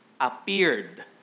appeared